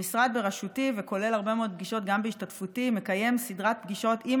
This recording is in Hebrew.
המשרד בראשותי מקיים סדרת פגישות עם